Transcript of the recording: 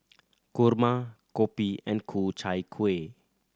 kurma kopi and Ku Chai Kueh